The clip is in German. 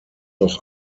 auch